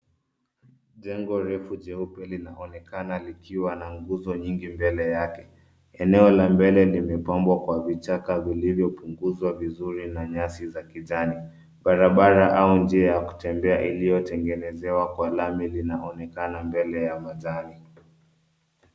Jengo refu jeupe linaonekana likiwa na nguzo nyingi mbele yake. Eneo la mbele limepambwa kwa vichaka vilivyopunguzwa vizuri na nyasi za kijani. Barabara au njia ya kutembea iliyotengenezewa kwa lami linaonekana mbele ya majani.